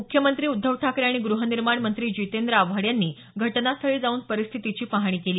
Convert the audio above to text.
म्ख्यमंत्री उद्धव ठाकरे आणि ग्रहनिर्माण मंत्री जितेंद्र आव्हाड यांनी घटनास्थळी जाऊन परिस्थितीची पाहणी केली